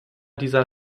dieser